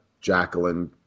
Jacqueline